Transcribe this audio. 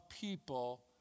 people